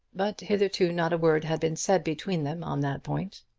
but hitherto not a word had been said between them on that point.